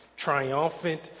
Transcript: triumphant